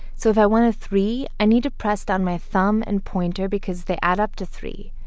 so if i want a three, i need to press down my thumb and pointer because they add up to three.